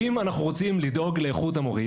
אם אנחנו רוצים לדאוג לאיכות המורים